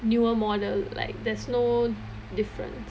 newer model like there's no difference